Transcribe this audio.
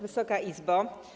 Wysoka Izbo!